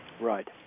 Right